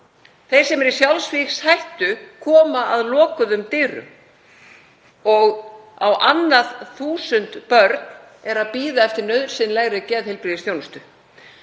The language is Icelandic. Þeir sem eru í sjálfsvígshættu koma að lokuðum dyrum og á annað þúsund börn bíða eftir nauðsynlegri geðheilbrigðisþjónustu.